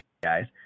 guys